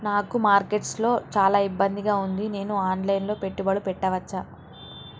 నాకు మార్కెట్స్ లో చాలా ఇబ్బందిగా ఉంది, నేను ఆన్ లైన్ లో పెట్టుబడులు పెట్టవచ్చా?